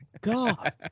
God